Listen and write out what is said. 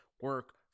Work